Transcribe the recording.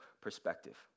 perspective